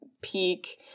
peak –